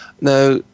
now